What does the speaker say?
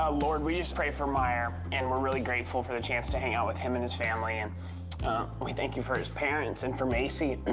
ah lord, we just pray for meyer, and we're really grateful for the chance to hang out with him and his family. and we thank you for his parents and for macy.